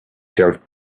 shelf